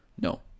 no